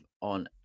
on